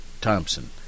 Thompson